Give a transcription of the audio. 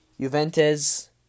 Juventus